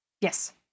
Yes